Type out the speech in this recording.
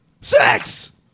sex